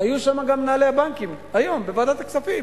היו שם גם מנהלי הבנקים, היום, בוועדת הכספים.